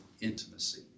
intimacy